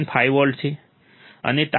5 volt છે અને time constant 1